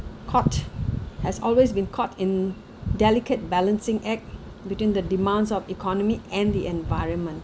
caught has always been caught in delicate balancing act between the demands of economy and the environment